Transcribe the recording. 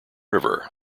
river